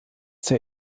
der